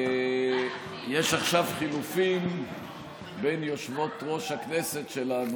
יש עכשיו חילופים בין יושבות-ראש הכנסת שלנו,